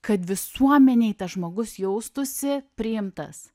kad visuomenėj tas žmogus jaustųsi priimtas